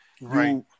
Right